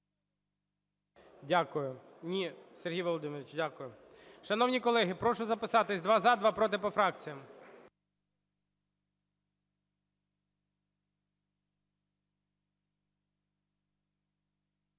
Дякую. Сергій Володимирович, дякую. Шановні колеги, прошу записатись: два – за, два – проти по фракціях.